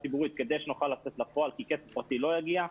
כדי שנוכל לצאת לדרך כי כסף פרטי לא יגיע.